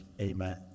Amen